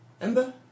Ember